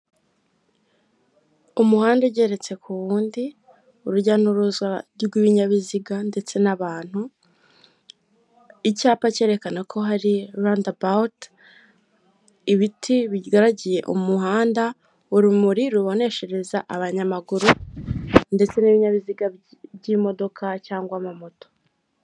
Umuhanda ugeretse ku wundi urujya n'uruza rw'ibinyabiziga ndetse n'abantu, icyapa cyerekana ko hari rawundi abawuti, ibiti bigaragiye umuhanda, urumuri ruboneshereza abanyamaguru, ndetse n'ibinyabiziga by'imodoka cyangwa ama moto.